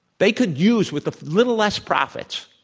they could use with a little less profits,